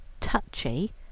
touchy